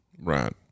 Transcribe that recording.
Right